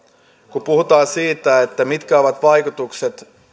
kun puhutaan siitä mitkä ovat vaikutukset